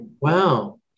Wow